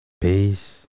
Peace